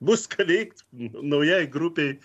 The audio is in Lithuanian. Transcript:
bus ką veikt naujai grupei